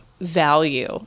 value